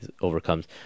overcomes